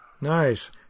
Nice